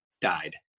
died